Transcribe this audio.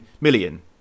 million